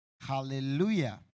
Hallelujah